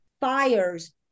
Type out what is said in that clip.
fires